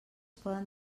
poden